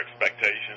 expectations